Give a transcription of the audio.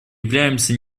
являемся